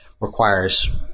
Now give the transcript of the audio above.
requires